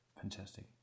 fantastic